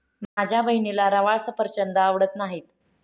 माझ्या बहिणीला रवाळ सफरचंद आवडत नाहीत